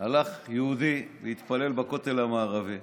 הלך יהודי להתפלל בכותל המערבי,